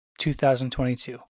2022